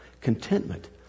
contentment